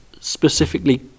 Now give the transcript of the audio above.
specifically